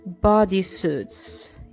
bodysuits